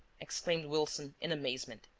exclaimed wilson, in amazement.